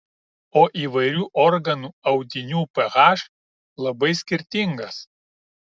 o įvairių organų audinių ph labai skirtingas